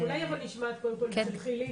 אולי אבל נשמע קודם כל את הצד של חילי?